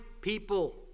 people